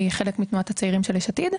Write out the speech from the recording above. שהיא חלק מתנועת הצעירים של יש עתיד.